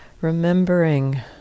remembering